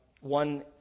One